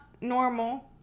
normal